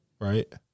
right